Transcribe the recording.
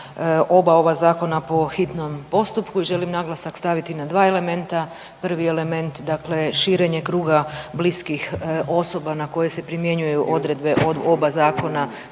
oba ova zakona po hitnom postupku i želim naglasak staviti na dva elementa. Prvi element dakle širenje kruga bliskih osoba na koje se primjenjuju odredbe od oba zakona